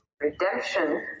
Redemption